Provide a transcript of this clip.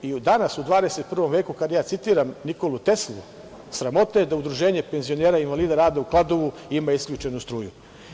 I danas, u 21. veku, kad ja citiram Nikolu Teslu, sramota je da Udruženje penzionera i invalida rada u Kladovu ima isključenu struju.